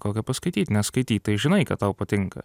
kokią paskaityt nes skaityt tai žinai kad tau patinka